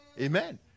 Amen